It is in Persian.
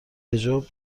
حجاب